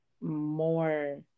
more